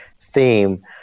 theme